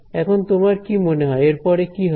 এখন তোমার কি মনে হয় এর পরে কি হবে